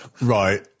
Right